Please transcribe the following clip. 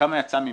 וכמה יצאה ממנה.